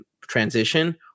transition